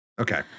Okay